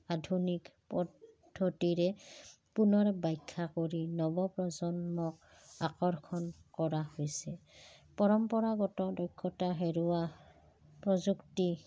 আধুনিক পদ্ধতিৰে পুনৰ বাখ্যা কৰি নৱ প্ৰ্ৰজন্মক আকৰ্ষণ কৰা হৈছে পৰম্পৰাগত দক্ষতা হেৰুৱা প্ৰযুক্তি